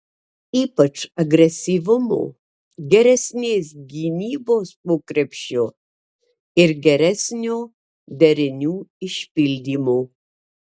ypač agresyvumo geresnės gynybos po krepšiu ir geresnio derinių išpildymo